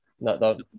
No